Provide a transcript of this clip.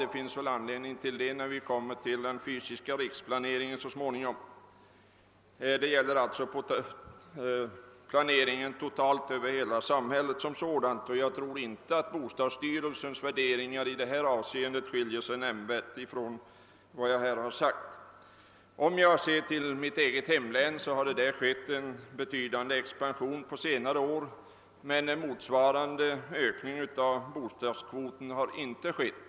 Det blir väl anledning att göra detta, när vi så småningom kommer till frågan om den fysiska riksplaneringen. Jag tror emellertid inte att bostadsstyrelsens värderingar nämnvärt skiljer sig från vad jag här sagt om planeringen i samhället i övrigt. Ser jag på mitt hemlän finner jag att det här har skett en betydande expansion under senare år, utan att någon motsvarande ökning av bostadskvoten har förekommit.